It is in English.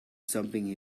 jumping